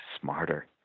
smarter